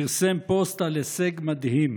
פרסם פוסט על הישג מדהים: